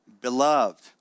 beloved